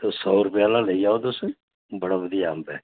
तुस सौ रपेऽ आह्ला लेई जाओ तुस बड़ा बधिया अम्ब ऐ